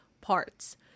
parts